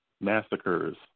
massacres